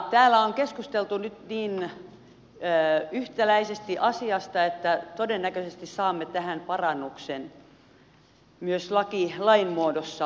täällä on keskusteltu nyt niin yhtäläisesti asiasta että todennäköisesti saamme tähän parannuksen myös lain muodossa